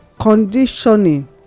Conditioning